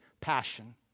passion